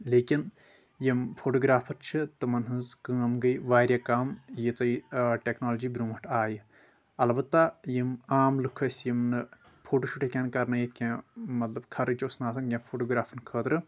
لیکن یِم فوٹوگرافر چھِ تِمن ہٕنٛز کٲم گٔے واریاہ کم ییٖژا یہِ ٹٮ۪کنالوجی برٛونٛٹھ آیہِ البتہ یِم عام لُکھ ٲسۍ یِم نہٕ فوٹو شوٗٹ ہٮ۪کہِ ہن کر نٲیتھ کینٛہہ مطلب خرٕچ اوس نہٕ آسان کینٛہہ فوٹوگرافرن خٲطرٕ